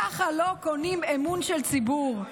ככה לא קונים אמון של ציבור".